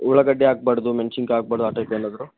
ಉಳ್ಳಾಗಡ್ಡಿ ಹಾಕ್ಬಾರ್ದು ಮೆಣಸಿನ್ಕಾಯಿ ಹಾಕ್ಬಾರ್ದು ಆ ಟೈಪ್ ಏನಾದರೂ